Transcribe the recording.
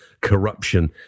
corruption